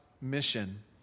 mission